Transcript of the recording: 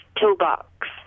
toolbox